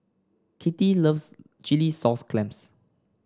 Kittie loves Chilli Sauce Clams